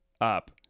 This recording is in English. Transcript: up